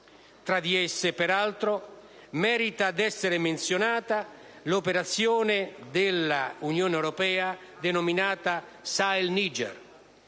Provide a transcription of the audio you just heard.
Tra di esse, peraltro, merita di essere menzionata l'operazione dell'Unione europea denominata Sahel Niger.